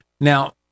Now